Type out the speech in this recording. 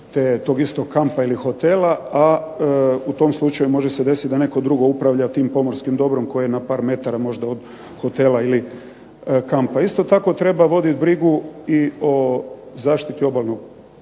reći tog istog kampa ili hotela. A u tom slučaju može se desiti da netko drugi upravlja tim pomorskim dobrom koje je na par metara možda od hotela ili kampa. Isto tako treba voditi brigu i o zaštiti obalnog